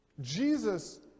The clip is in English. Jesus